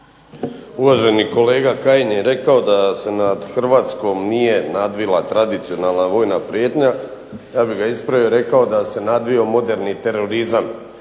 Uvaženi kolega Kajin je rekao da se nad Hrvatskom nije nadvila tradicionalna vojna prijetnja. Ja bih ga ispravio i rekao da se nadvio moderni terorizam.